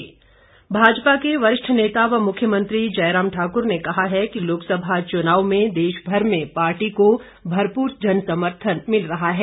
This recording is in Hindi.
मुख्यमंत्री भाजपा के वरिष्ठ नेता व मुख्यमंत्री जयराम ठाक्र ने कहा है कि लोकसभा चुनावों में देश भर में पार्टी को भरपूर जनसमर्थन मिल रहा है